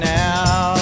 now